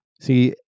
See